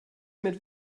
mit